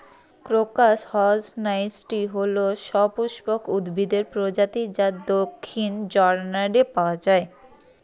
crocus হসকনেইচটি হল সপুষ্পক উদ্ভিদের প্রজাতি যা দক্ষিণ জর্ডানে পাওয়া য়ায়